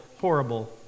horrible